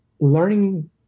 learning